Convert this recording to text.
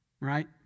right